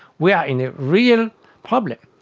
we are in a real problem.